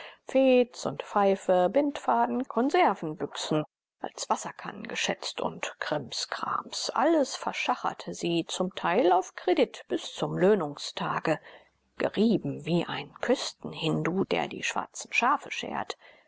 und pfeife bindfaden konservenbüchsen als wasserkannen geschätzt und krimskrams alles verschacherte sie z t auf kredit bis zum löhnungstage gerieben wie ein küstenhindu der die schwarzen schafe schert